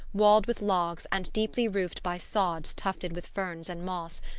walled with logs, and deeply roofed by sods tufted with ferns and moss,